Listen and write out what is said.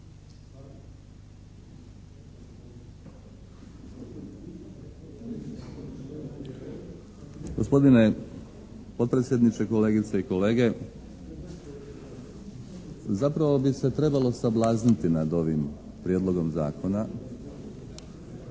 Gospodine potpredsjedniče, kolegice i kolege. Zapravo bi se trebalo sablazniti nad ovim prijedlogom zakona,